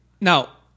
Now